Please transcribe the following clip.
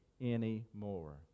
anymore